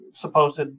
supposed